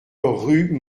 rue